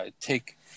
take